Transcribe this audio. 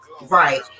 Right